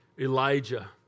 Elijah